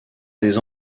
des